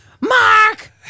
Mark